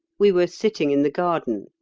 we were sitting in the garden.